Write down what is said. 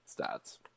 stats